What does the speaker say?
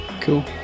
Cool